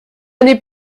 n’est